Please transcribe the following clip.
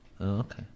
Okay